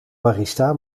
barista